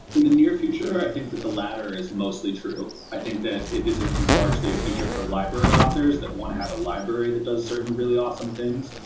in the near future, i think that the latter is mostly true. i think that this is largely a feature for library authors that want to have a library that does certain really awesome things.